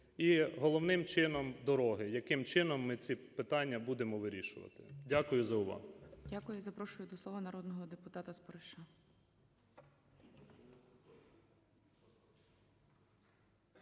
і, головним чином, дороги, яким чином ми ці питання будемо вирішувати. Дякую за увагу. ГОЛОВУЮЧИЙ. Дякую. Запрошую до слова народного депутата Спориша.